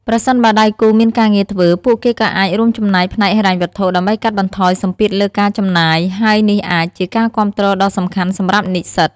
ប្រសិនបើដៃគូមានការងារធ្វើ ពួកគេក៏អាចរួមចំណែកផ្នែកហិរញ្ញវត្ថុ ដើម្បីកាត់បន្ថយសម្ពាធលើការចំណាយ ហើយនេះអាចជាការគាំទ្រដ៏សំខាន់សម្រាប់និស្សិត។